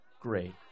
Great